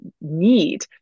need